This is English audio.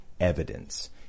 Evidence